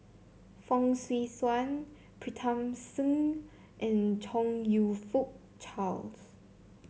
Fong Swee Suan Pritam Singh and Chong You Fook Charles